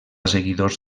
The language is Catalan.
seguidors